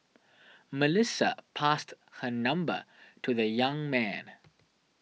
Melissa passed her number to the young man